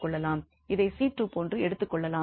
இதை 𝐶2போன்று எடுத்துக்கொள்ளலாம்